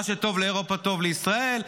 מה שטוב לאירופה טוב לישראל,